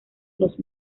los